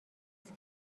است